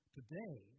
Today